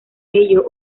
ello